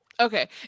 Okay